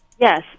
Yes